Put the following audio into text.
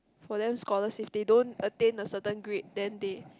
for them scholars if they don't attain a certain grade then they